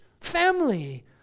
family